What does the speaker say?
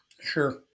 Sure